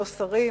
לא שרים.